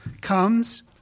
comes